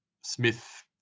Smith